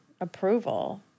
approval